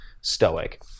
stoic